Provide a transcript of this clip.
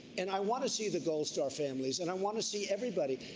and i want to see the gold star families. and i want to see everybody.